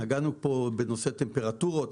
נגענו פה בנושא טמפרטורות,